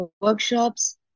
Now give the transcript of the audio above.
workshops